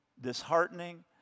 disheartening